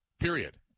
period